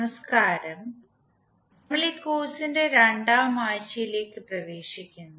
നമസ്കാരം നമ്മൾ ഈ കോഴ്സിന്റെ രണ്ടാം ആഴ്ചയിലേക്ക് പ്രവേശിക്കുന്നു